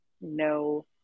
no